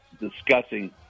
discussing